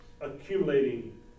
accumulating